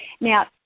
Now